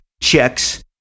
checks